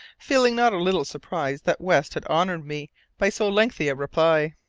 feeling not a little surprised that west had honoured me by so lengthy a reply.